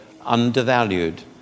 undervalued